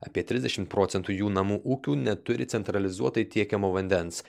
apie trisdešim procentų jų namų ūkių neturi centralizuotai tiekiamo vandens